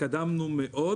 התקדמנו מאוד